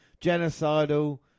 genocidal